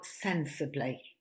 sensibly